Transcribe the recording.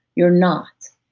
you're not.